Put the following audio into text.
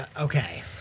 Okay